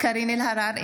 קארין אלהרר,